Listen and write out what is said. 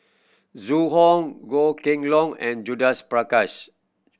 Zhu Hong Goh Kheng Long and Judith Prakash